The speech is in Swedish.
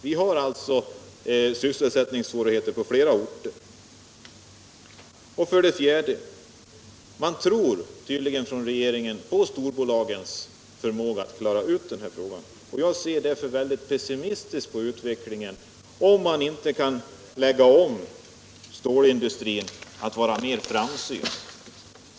Vi har alltså sysselsättningssvårigheter på flera orter. Regeringen tror tydligen på storbolagens förmåga att klara ut frågan. Jag ser därför väldigt pessimistiskt på utvecklingen, om inte stålindustrin kan lägga om till att bli mera framsynt.